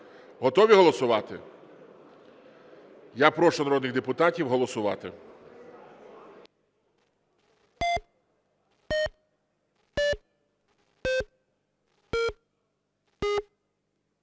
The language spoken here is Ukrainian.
Готові голосувати? Я прошу народних депутатів голосувати.